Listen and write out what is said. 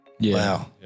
Wow